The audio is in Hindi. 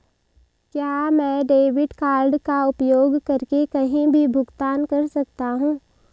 क्या मैं डेबिट कार्ड का उपयोग करके कहीं भी भुगतान कर सकता हूं?